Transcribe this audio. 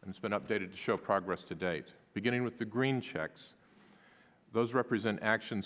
and it's been updated to show progress to date beginning with the green checks those represent actions